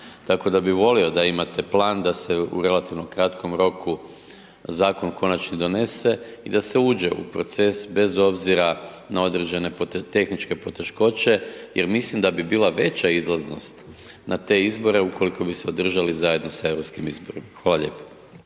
tako da bi volio da imate plan, da se u relativno kratkom roku Zakon konačni donese i da se uđe u proces bez obzira na određene tehničke poteškoće, jer mislim da bi bila veća izlaznost na te izbore ukoliko bi se održali zajedno sa europskim izborima. Hvala lijepo.